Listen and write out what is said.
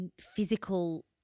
physical